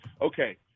okay